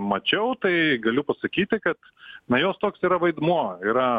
mačiau tai galiu pasakyti kad na jos toks yra vaidmuo yra